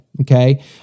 Okay